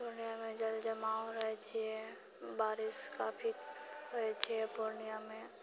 पूर्णियामे जल जमाव रहै छियै बारिस काफी होइ छियै पूर्णियामे